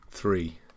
Three